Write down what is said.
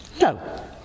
no